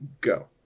go